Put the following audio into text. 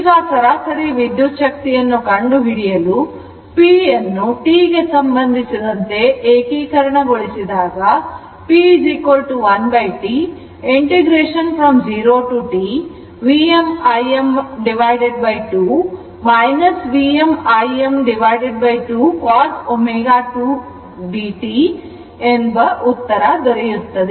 ಈಗ ಸರಾಸರಿ ವಿದ್ಯುತ್ ಶಕ್ತಿಯನ್ನು ಕಂಡುಹಿಡಿಯಲು p ಯನ್ನು t ಗೆ ಸಂಬಂಧಿಸಿದಂತೆ ಏಕೀಕರಣಗೊಳಿಸಿದಾಗ p 1T 0 to T Vm Im2 Vm Im2 cos 2 ω t dt ಎಂಬ ಉತ್ತರ ದೊರೆಯುತ್ತದೆ